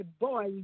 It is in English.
Boy